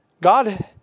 God